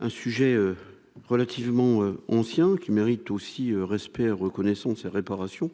un sujet relativement ancien qui mérite aussi respect, reconnaissance et réparation